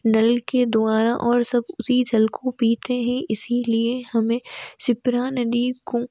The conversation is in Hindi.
नल के द्वारा और सब उसी जल को पीते हैं इसलिए हमें शिप्रा नदी को